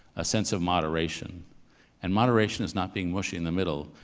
a sense of moderation and moderation is not being mushy in the middle.